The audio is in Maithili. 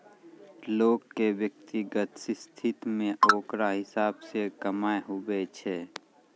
लोग के व्यक्तिगत स्थिति मे ओकरा हिसाब से कमाय हुवै छै